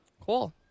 Cool